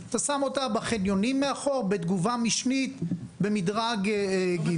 אתה שם אותה בחניונים מאחור בתגובה משנית במדרג ג'.